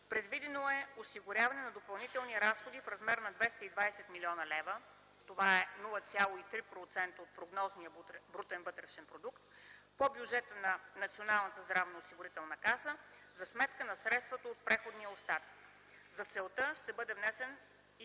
Предвидено е осигуряването на допълнителни разходи в размер 220 млн. лв. (това е 0,3% от прогнозния БВП) по бюджета на Националната здравноосигурителна каса за сметка на средствата от преходния остатък. За целта ще бъде внесен